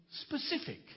specific